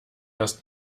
erst